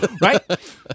right